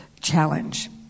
challenge